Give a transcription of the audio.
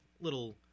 little